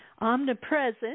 omnipresent